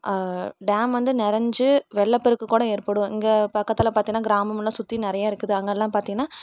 dam வந்து நிறஞ்சி வெள்ளப்பெருக்கு கூட ஏற்படும் இங்கே பக்கத்தில் பார்த்திங்ன்னா கிராமமெல்லாம் சுற்றி நிறையா இருக்குது அங்கெல்லாம் பார்த்திங்கன்னா